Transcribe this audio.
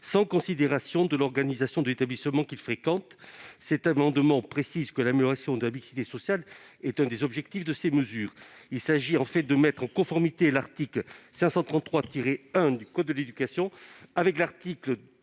sans considération de l'organisation de l'établissement qu'il fréquente. Cet amendement précise que l'amélioration de la mixité sociale est un des objectifs de ces mesures. Il s'agit de mettre en conformité l'article L. 533-1 du code de l'éducation avec la nouvelle